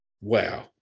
wow